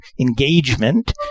engagement